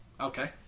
Okay